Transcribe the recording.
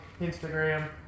Instagram